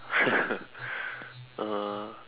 uh